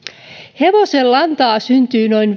hevosenlantaa syntyy noin